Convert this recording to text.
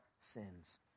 sins